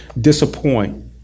disappoint